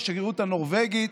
השגרירות הנורבגית,